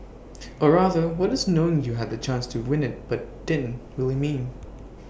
or rather what does knowing you had the chance to win IT but didn't really mean